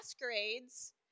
masquerades